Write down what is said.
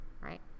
right